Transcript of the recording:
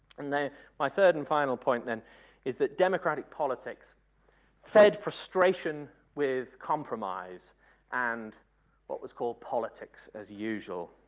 and then my third and final point then is that democratic politics fed frustration with compromise and what was called politics as usual.